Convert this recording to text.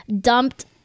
dumped